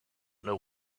know